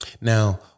Now